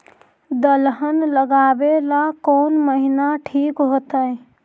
दलहन लगाबेला कौन महिना ठिक होतइ?